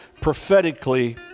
prophetically